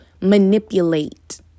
manipulate